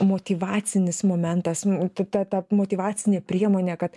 motyvacinis momentas ta ta motyvacinė priemonė kad